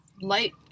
light